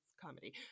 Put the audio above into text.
comedy